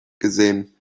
gesehen